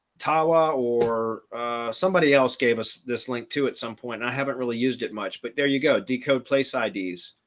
tava or somebody else gave us this link to at some point, i haven't really used it much. but there you go decode place ids.